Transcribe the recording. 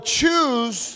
choose